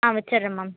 ஆ வச்சிர்றேன் மேம்